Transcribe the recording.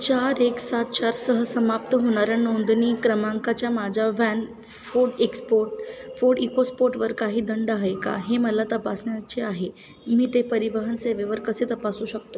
चार एक सात चार सह समाप्त होणाऱ्या नोंदणी क्रमांकाच्या माझ्या van food export food eco स्पोर्टवर काही दंड ह आहे का हे मला तपासण्याचे आहे मी ते परिवहन सेवेवर कसे तपासू शकतो